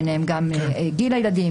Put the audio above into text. בהם גם גיל הילדים,